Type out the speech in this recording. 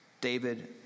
David